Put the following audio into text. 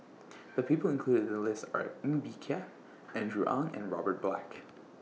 The People included in The list Are Ng Bee Kia Andrew Ang and Robert Black